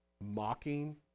mocking